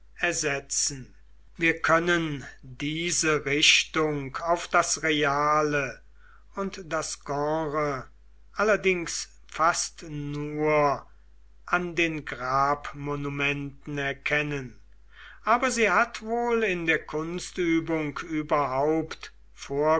ersetzen wir können diese richtung auf das reale und das genre allerdings fast nur an den grabmonumenten erkennen aber sie hat wohl in der kunstübung überhaupt